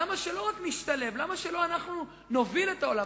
למה שלא רק נשתלב, למה שלא אנחנו נוביל את העולם?